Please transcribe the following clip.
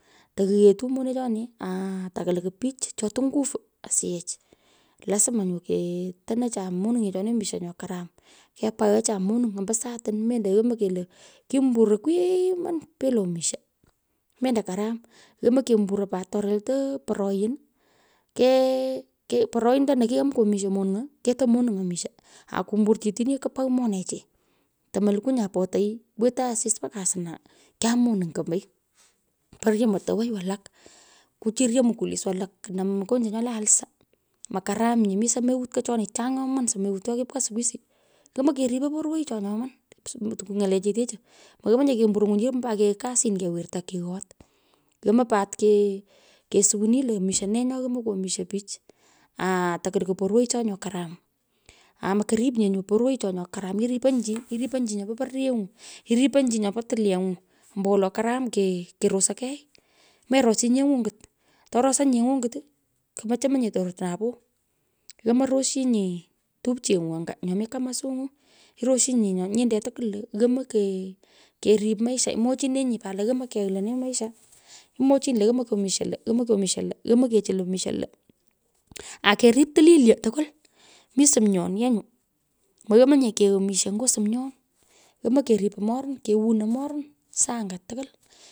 Tokuyero monechoni, aa takulukwu pich cho tung nguvu asiyech lasma nyo ketonocha monuny’echoni misho nuo karam. Kepaacha monung ombo saatin, mendo yomoi lo kimburoi, kwimon bila omisho mendo karam yomoi, pat kemburoi, ato relto poroyin kee porointonino kigham kwamisho monung'o keto monuny omisho, akumbur chi otini kupugh monechi, tomo lukwo nya potai wetei asis mbaka asna, kyaam moning kemei, poryo motuwoi walak, kuchiryo mukulis watak kunam mukonjwa ngo le alcer, mokaram nye mi somewat ko choni, chany nyoman somewat cho kipkaa skuizi, yomei keripo porwoicho nyoman ng’alechetech moyomo nye kembur nywiny are kasin kewirta kewot yomoi pat kesuwini to misto nee yomoi kwomisto pich, aa tatulukwu porwoicho nyo karam. Aa mokorip nye porwoicho nyo karam. ripony. Chi nyopo pororyeng'u, iripony, chi nyopo tilyeng’u. Korum keresoi kei meros chi nyeng'u angit. To rosanyi nyeny'u ong’ut, kumochemonye tororot napoo. yomoi rosyinyi topmeng’u anga nyo mi kamasung'u, irosyinyi, nyinde tukwull lo yomoi. Kee, kerip maisha. Mwoch neny, pat lo yomoi kyomisho lo yomoi kyomisho lo yomo kechul omoisho lo, akerip tulilyo tokwul mi sumyon yee nyou, moyomonye keoi omisho nyo somyon, yomoi kerip morun. kewonoi moron saa anga turwul.